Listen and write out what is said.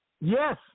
yes